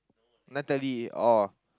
Natalie orh